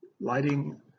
Lighting